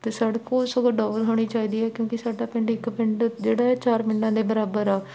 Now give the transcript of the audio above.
ਅਤੇ ਸੜਕ ਸਗੋਂ ਡਬਲ ਹੋਣੀ ਚਾਹੀਦੀ ਹੈ ਕਿਉਂਕਿ ਸਾਡਾ ਪਿੰਡ ਇੱਕ ਪਿੰਡ ਜਿਹੜਾ ਹੈ ਚਾਰ ਪਿੰਡਾਂ ਦੇ ਬਰਾਬਰ ਆ